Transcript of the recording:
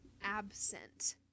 absent